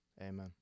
Amen